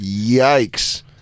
Yikes